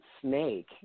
snake